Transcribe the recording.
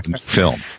film